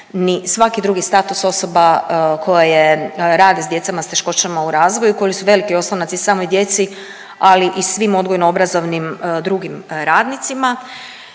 ni svaki drugi status osoba koje rade sa djecom sa teškoćama u razvoju koji su veliki oslonac i samoj djeci, ali i svim odgojno-obrazovnim drugim radnicima.